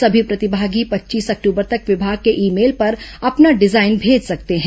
सभी प्रतिभागी पच्चीस अक्टबर तक विमाग के ई मेल पर अपना डिजाइन भेज सकते हैं